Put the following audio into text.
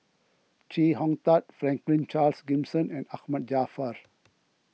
Chee Hong Tat Franklin Charles Gimson and Ahmad Jaafar